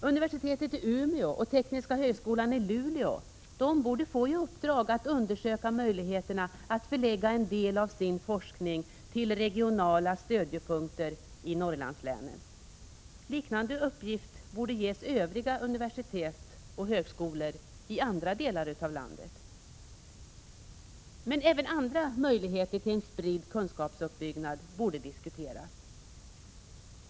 Universitetet i Umeå och Tekniska högskolan i Luleå bör få i uppdrag att undersöka möjligheterna att förlägga en del av sin forskning till regionala stödjepunkter i Norrlandslänen. Liknande uppgifter borde ges övriga universitet och högskolor i andra delar av landet. Även andra möjligheter till en spridd kunskapsuppbyggnad borde diskuteras.